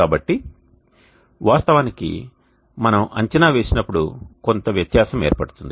కాబట్టి వాస్తవానికి మనము అంచనా వేసినప్పుడు కొంత వ్యత్యాసం ఏర్పడుతుంది